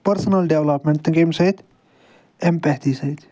personal development تہٕ کَمہِ سۭتۍ اٮ۪مپیتھی سۭتۍ